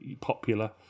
popular